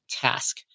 task